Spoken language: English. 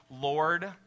lord